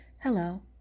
Hello